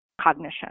cognition